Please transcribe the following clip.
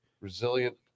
Resilient